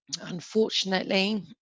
unfortunately